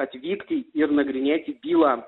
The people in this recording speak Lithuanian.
atvykti ir nagrinėti bylą